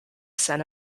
send